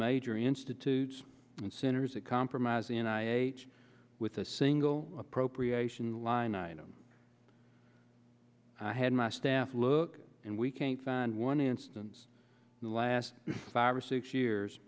major institutes and centers and compromise and i ate with a single appropriation line item i had my staff look and we can't find one instance in the last five or six years